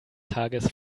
tages